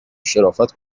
شرافت